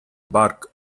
bark